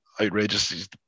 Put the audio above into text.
outrageous